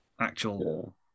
actual